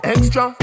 Extra